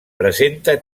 presenta